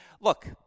look